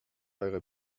eure